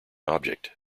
object